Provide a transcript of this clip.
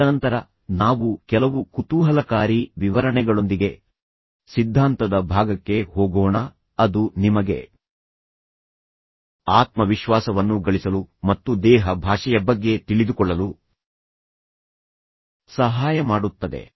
ತದನಂತರ ನಾವು ಕೆಲವು ಕುತೂಹಲಕಾರಿ ವಿವರಣೆಗಳೊಂದಿಗೆ ಸಿದ್ಧಾಂತದ ಭಾಗಕ್ಕೆ ಹೋಗೋಣ ಅದು ನಿಮಗೆ ಆತ್ಮವಿಶ್ವಾಸವನ್ನು ಗಳಿಸಲು ಮತ್ತು ದೇಹ ಭಾಷೆಯ ಬಗ್ಗೆ ತಿಳಿದುಕೊಳ್ಳಲು ಸಹಾಯ ಮಾಡುತ್ತದೆ